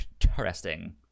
interesting